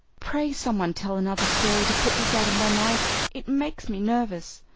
pray someone tell another story to put this out of my mind it makes me nervous,